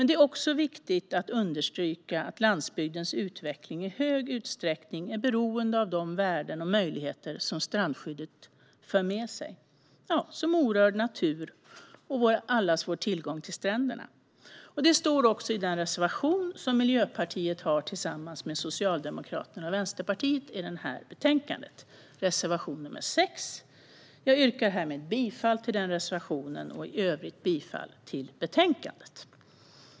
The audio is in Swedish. Det är också viktigt att understryka att landsbygdens utveckling i stor utsträckning är beroende av de värden och möjligheter som strandskyddet för med sig, som orörd natur och allas vår tillgång till stränderna. Det står också i den reservation som Miljöpartiet tillsammans med Socialdemokraterna och Vänsterpartiet har i det här betänkandet, reservation nr 6. Jag yrkar härmed bifall till den reservationen och i övrigt bifall till utskottets förslag i betänkandet.